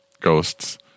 ghosts